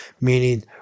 meaning